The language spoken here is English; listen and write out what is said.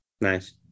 Nice